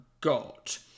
got